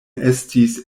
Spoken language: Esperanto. estis